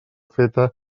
feta